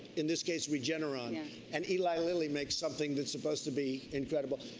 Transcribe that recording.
in this case re jengeneron and and eli lilly make something that's supposed to be incredible.